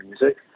music